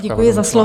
Děkuji za slovo.